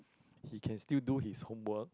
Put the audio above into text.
he can still do his homework